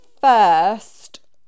first